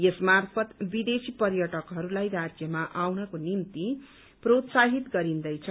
यस मार्फत विदेशी पर्यटकहरूलाई राज्यमा आउनको निम्ति प्रोत्साहित गरिन्दैछ